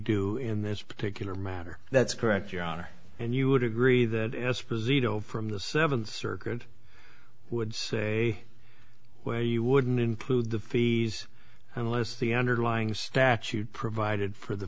do in this particular matter that's correct your honor and you would agree that esposito from the seventh circuit would say where you wouldn't include the fees unless the underlying statute provided for the